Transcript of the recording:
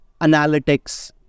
analytics